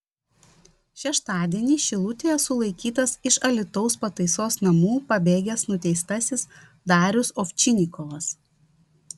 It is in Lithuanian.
šeštadienį šilutėje sulaikytas iš alytaus pataisos namų pabėgęs nuteistasis darius ovčinikovas